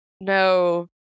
no